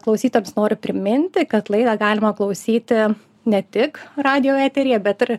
klausytojams noriu priminti kad laidą galima klausyti ne tik radijo eteryje bet ir